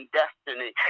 destiny